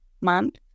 month